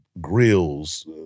grills